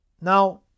Now